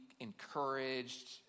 encouraged